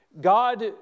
God